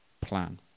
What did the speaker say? plan